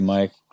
Mike